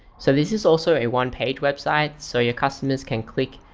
so this is also a one page website so your customers can click?